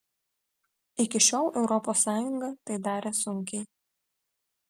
iki šiol europos sąjunga tai darė sunkiai